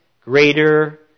greater